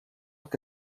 que